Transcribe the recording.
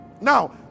Now